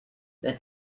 that